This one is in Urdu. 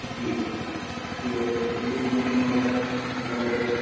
جی اس کی وجہ سے لوز موشن وغیرہ ہو رہے تھے